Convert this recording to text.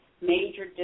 major